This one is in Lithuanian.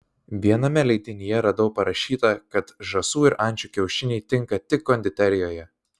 viename leidinyje radau parašyta kad žąsų ir ančių kiaušiniai tinka tik konditerijoje